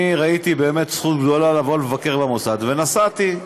אני ראיתי באמת זכות גדולה לבוא לבקר במוסד ונסעתי.